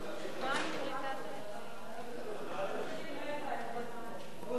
התשע"ב 2012, נתקבל.